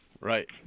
Right